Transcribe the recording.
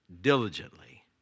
diligently